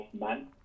man